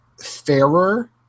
fairer